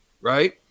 right